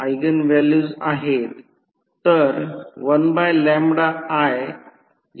तर अशा प्रकारे या गोष्टीची गणना कशी करता येईल